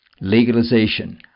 legalization